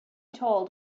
told